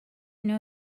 know